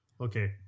Okay